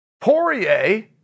Poirier